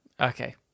Okay